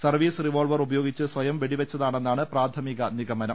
service revolver ഉപയോഗിച്ച് സ്വയം വെടിവെച്ചതാണെന്നാണ് പ്രാഥമിക നിഗമനം